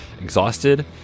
exhausted